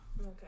Okay